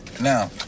Now